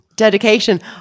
dedication